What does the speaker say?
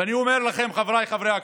ואני אומר לכם, חבריי חברי הכנסת,